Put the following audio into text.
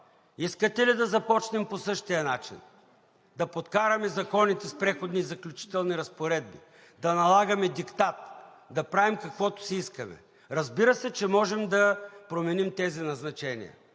Искате ли да започнем по същия начин – да подкараме законите с преходни и заключителни разпоредби, да налагаме диктат, да правим каквото си искаме? Разбира се, че можем да променим тези назначения,